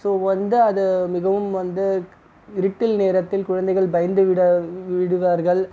so வந்து அது மிகவும் வந்து இருட்டில் நேரத்தில் குழந்தைகள் பயந்துவிட விடுவார்கள்